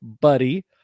buddy